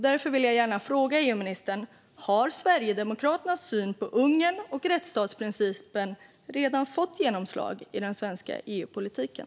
Därför vill jag gärna fråga EU-ministern: Har Sverigedemokraternas syn på Ungern och rättsstatsprincipen redan fått genomslag i den svenska EU-politiken?